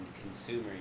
consumer